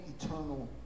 eternal